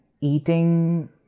eating